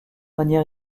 manière